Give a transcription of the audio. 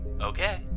Okay